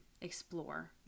explore